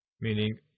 meaning